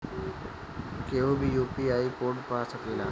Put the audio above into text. केहू भी UPI code पा सकेला?